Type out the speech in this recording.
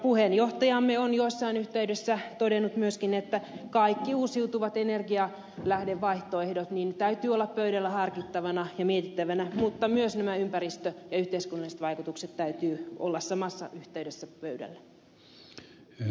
puheenjohtajamme on jossain yhteydessä todennut myöskin että kaikkien uusiutuvien energialähdevaihtoehtojen täytyy olla pöydällä harkittavana ja mietittävänä mutta myös näiden ympäristövaikutusten ja yhteiskunnallisten vaikutusten täytyy olla samassa yhteydessä pöydällä